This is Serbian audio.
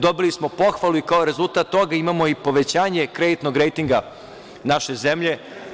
Dobili smo pohvalu i kao rezultat toga imamo i povećanje kreditnog rejtinga naše zemlje.